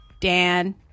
Dan